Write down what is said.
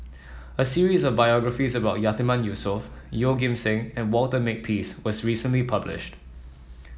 a series of biographies about Yatiman Yusof Yeoh Ghim Seng and Walter Makepeace was recently published